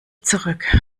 zurück